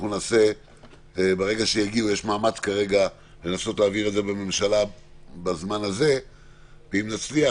יש מאמץ כרגע לנסות להעביר את זה בממשלה ואם נצליח,